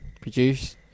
produce